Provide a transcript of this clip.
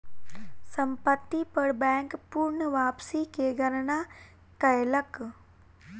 संपत्ति पर बैंक पूर्ण वापसी के गणना कयलक